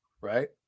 Right